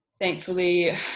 Thankfully